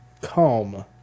calm